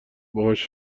باهاش